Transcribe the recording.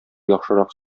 яхшырак